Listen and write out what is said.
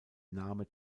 name